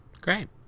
Great